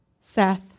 Seth